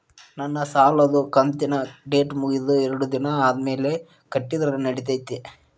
ನನ್ನ ಸಾಲದು ಕಂತಿನ ಡೇಟ್ ಮುಗಿದ ಎರಡು ದಿನ ಆದ್ಮೇಲೆ ಕಟ್ಟಿದರ ನಡಿತೈತಿ?